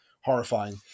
horrifying